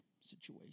situation